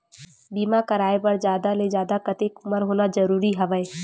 बीमा कराय बर जादा ले जादा कतेक उमर होना जरूरी हवय?